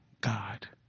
God